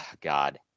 God